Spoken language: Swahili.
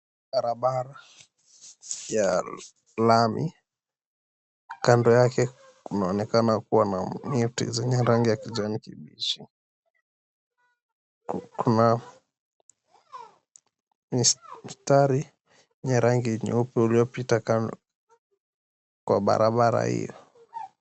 Barabara ya lami, kando yake kunaonekana kuwa na miti zenye rangi ya kijani kibichi kuna mistari ya rangi nyeupe uliopita kando kwa barabara hiyo.